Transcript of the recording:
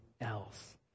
else